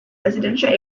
residential